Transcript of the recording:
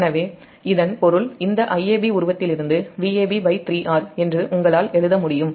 எனவே இதன் பொருள் இந்த Iab உருவத்திலிருந்து Vab3R என்று உங்களால் எழுத முடியும்